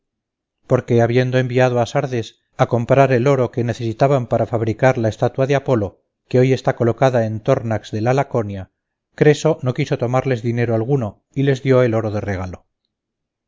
porque habiendo enviado a sardes a comprar el oro que necesitaban para fabricar la estatua de apolo que hoy está colocada en tornax de la laconia creso no quiso tomarles dinero alguno y les dio el oro de regalo